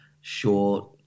short